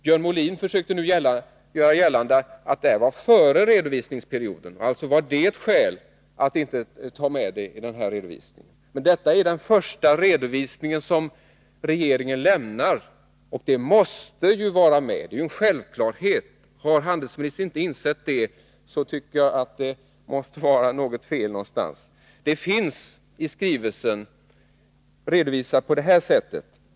Björn Molin försökte nu göra gällande att det hände före redovisningsperioden och att det alltså var ett skäl att inte ta med uppgifterna i den här redovisningen. Men detta är den första redovisning som regeringen lämnar, och dessa uppgifter måste ju vara med — det är en självklarhet. Har handelsministern inte insett det, så tycker jag att det måste vara något fel någonstans.